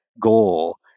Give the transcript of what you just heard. goal